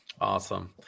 Awesome